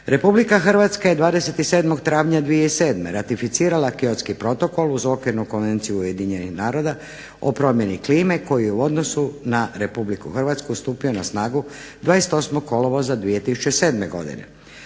Republika Hrvatska je 27. travnja 2007. ratificirala Kyotski protokol uz Okvirnu konvenciju Ujedinjenih naroda o promjeni klime koji u odnosu na republiku Hrvatsku stupio na snagu 28. kolovoza 2007. godine.